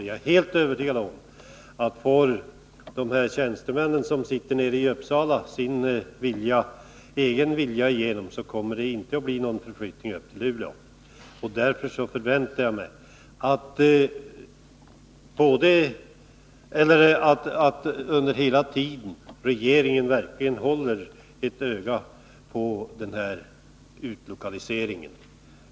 Jag är helt övertygad om att om de tjänstemän som sitter i Uppsala får sin egen vilja igenom, kommer det inte att bli någon förflyttning upp till Luleå. Därför förväntar jag mig att regeringen hela tiden verkligen håller ett öga på den här utlokaliseringen.